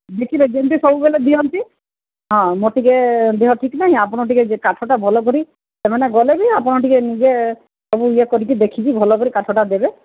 ଦେଖିବେ ଯେମତି ସବୁବେଳେ ଦିଅନ୍ତି ହଁ ମୁଁ ଟିକେ ଦେହ ଠିକ୍ ନାହିଁ ଆପଣ ଟିକେ କାଠଟା ଭଲ କରି ସେମାନେ ଗଲେ ବି ଆପଣ ଟିକେ ନିଜେ ସବୁ ଇଏ କରିକି ଦେଖିକି ଭଲ କରିକି କାଠଟା ଦେବେ